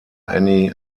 annie